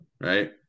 right